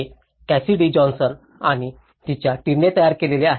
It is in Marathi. हे कॅसिडी जॉन्सन आणि तिच्या टीमने तयार केले आहे